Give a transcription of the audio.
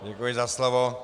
Děkuji za slovo.